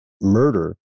murder